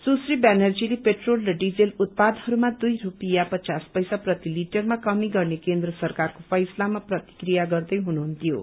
सुरी व्यानर्जीले पेट्रोल र डिजल उत्पादहरूमा दुई रूपियाँ पचास पैसा प्रति लिटरमा कमी गर्ने केन्द्र सरकारको फैसलामा प्रतिक्रिया गर्दै हुनुहुन्थ्यो